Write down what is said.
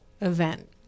event